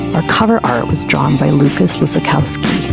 our cover art was drawn by lukasz lysakowski.